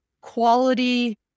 quality